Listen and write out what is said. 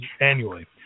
annually